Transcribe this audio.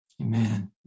amen